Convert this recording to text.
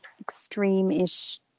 extreme-ish